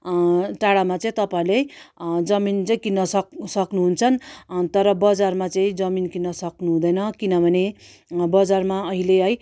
टाडामा चाहिँ तपाईँहरूले जमिन चाहिँ किन्न सक सक्नु हुन्छ तर बजारमा चाहिँ जमिन किन्न सक्नु हुँदैन किनभने बजारमा अहिले है